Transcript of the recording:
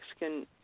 Mexican